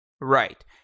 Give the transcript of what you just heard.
Right